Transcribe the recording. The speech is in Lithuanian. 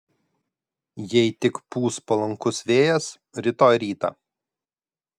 jei tik pūs palankus vėjas rytoj rytą